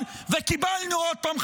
באוקטובר?